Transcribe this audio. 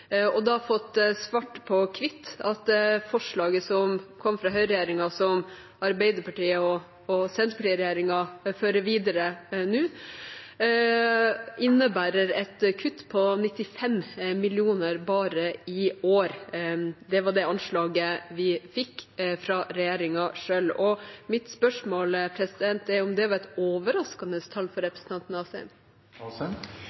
da fått svart på hvitt at forslaget som kom fra høyreregjeringen, som Arbeiderparti–Senterparti-regjeringen fører videre nå, innebærer et kutt på 95 mill. kr bare i år. Det var det anslaget vi fikk fra regjeringen selv. Mitt spørsmål er: Var det et overraskende tall for